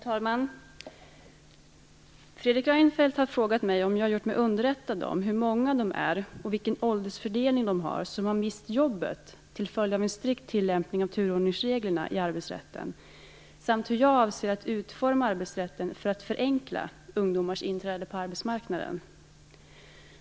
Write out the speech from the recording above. Herr talman! Fredrik Reinfeldt har frågat mig om jag gjort mig underrättad om hur många de är och vilken åldersfördelning de har som har mist jobbet till följd av en strikt tillämpning av turordningsreglerna i arbetsrätten samt hur jag avser att utforma arbetsrätten för att förenkla ungdomars inträde på arbetsmarknaden.